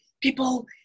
People